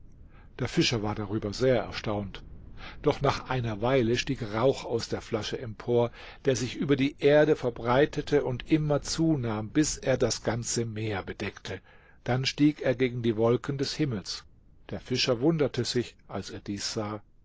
der fischer war darüber sehr erstaunt doch nach einer weile stieg rauch aus der flasche empor der sich über die erde verbreitete und immer zunahm bis er das ganze meer bedeckte dann stieg er gegen die wolken des himmels der fischer wunderte sich als er dies sah